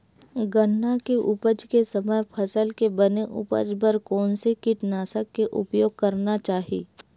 गन्ना के उपज के समय फसल के बने उपज बर कोन से कीटनाशक के उपयोग करना चाहि?